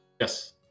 Yes